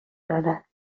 داره